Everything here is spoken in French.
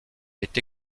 est